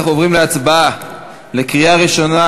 אנחנו עוברים להצבעה בקריאה ראשונה